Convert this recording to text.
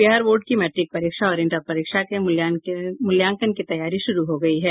Bihar board की matric और inter परीक्षा के मूल्यांकन की तैयारी शुरू हो गयी है